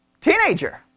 Teenager